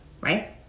right